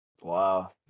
Wow